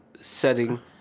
setting